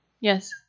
Yes